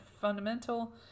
fundamental